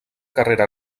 carrera